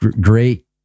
great